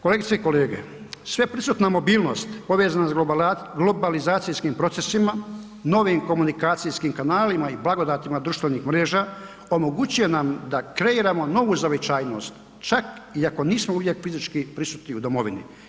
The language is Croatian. Kolegice i kolege, sve prisutna mobilnost povezana sa globalizacijskim procesima, novim komunikacijskim kanalima i blagodatima društvenih mreža omogućuje nam da kreiramo novu zavičajnost čak i ako nismo u njoj fizički prisutni u domovini.